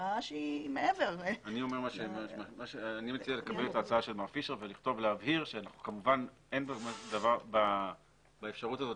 אני מציע לקבל את ההצעה של מר פישר ולהבהיר שכמובן אין באפשרות הזאת